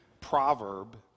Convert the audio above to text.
proverb